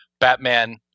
Batman